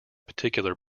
particular